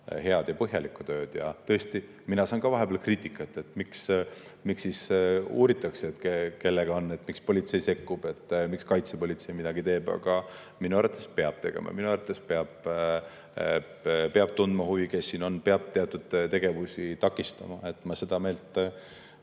head ja põhjalikku tööd. Tõesti, mina saan ka vahepeal kriitikat, et miks uuritakse, kellega on [tegemist]; miks politsei sekkub; miks kaitsepolitsei midagi teeb, aga minu arvates peab tegema. Minu arvates peab tundma huvi, kes siin on, ja peab teatud tegevusi takistama. Ma olen seda meelt